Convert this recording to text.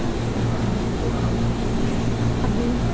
ਅੱਛਾ ਅੱਛਾ ਅਤੇ ਅੱਗੇ